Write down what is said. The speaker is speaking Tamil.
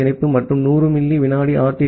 எஸ் இணைப்பு மற்றும் 100 மில்லி விநாடி ஆர்